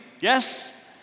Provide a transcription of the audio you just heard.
Yes